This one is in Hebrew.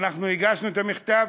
אנחנו הגשנו את המכתב,